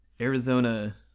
Arizona